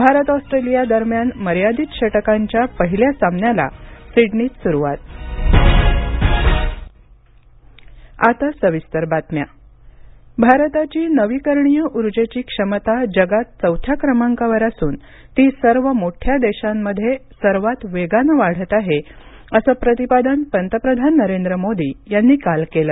Bharat Australia दरम्यान मर्यादित षटकांच्या पहिल्या सामन्याला सिडनीत सुरुवात पंतप्रधान भारताची नवीकरणीय उर्जेची क्षमता जगात चौथ्या क्रमांकावर असून ती सर्व मोठ्या देशांमध्ये सर्वात वेगानं वाढत आहे असं प्रतिपादन पंतप्रधान नरेंद्र मोदी यांनी काल केलं